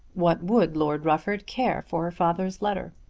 what would lord rufford care for her father's letter?